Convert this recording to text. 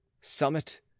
summit